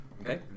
Okay